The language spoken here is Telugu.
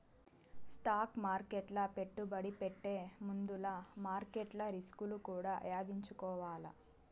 స్టాక్ మార్కెట్ల పెట్టుబడి పెట్టే ముందుల మార్కెట్ల రిస్కులు కూడా యాదించుకోవాల్ల